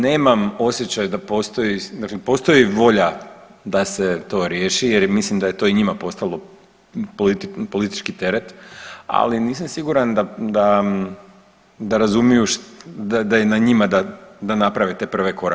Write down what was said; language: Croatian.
Nemam osjećaj da postoji, dakle postoji volja da se to riješi, jer mislim da je to i njima postalo politički teret, ali nisam siguran da razumiju da je na njima da naprave te prve korake.